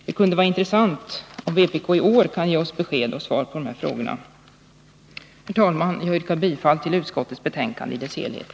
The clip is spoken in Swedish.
Det kunde vara intressant att höra om vpk i år kan ge oss besked och svar på de här frågorna. Herr talman! Jag yrkar bifall till utskottets hemställan i dess helhet.